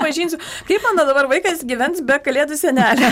pažinsiu kaip dabar vaikas gyvens be kalėdų senelio